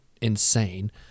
insane